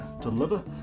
deliver